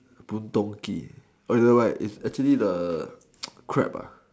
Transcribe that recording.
boon-tong-kee okay never mind it's actually the crab